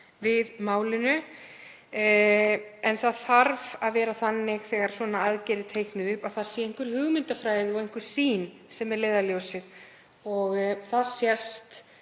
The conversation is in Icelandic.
á málinu. En það þarf að vera þannig, þegar svona aðgerð er teiknuð upp, að það sé einhver hugmyndafræði og einhver sýn sem er leiðarljósið. Það sést